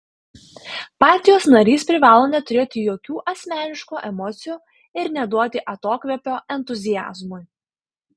partijos narys privalo neturėti jokių asmeniškų emocijų ir neduoti atokvėpio entuziazmui